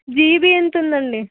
GB ఎంతుందండి